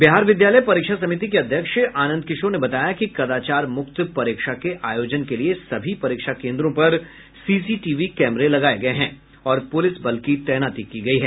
बिहार विद्यालय परीक्षा समिति के अध्यक्ष आनंद किशोर ने बताया कि कदाचार मुक्त परीक्षा के आयोजन के लिए सभी परीक्षा केन्द्रों पर सीसीटीवी कैमरे लगाये गये हैं और पुलिस बल की तैनाती की गयी है